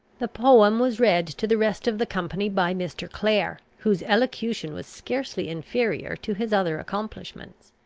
the poem was read to the rest of the company by mr. clare, whose elocution was scarcely inferior to his other accomplishments.